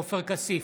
עופר כסיף,